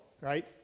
right